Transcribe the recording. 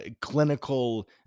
clinical